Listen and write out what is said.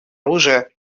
оружия